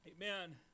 Amen